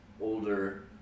older